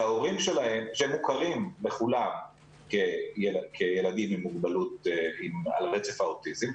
שהם מוכרים לכולם כילדים על רצף האוטיזם,